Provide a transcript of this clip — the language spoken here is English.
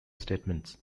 statements